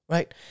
Right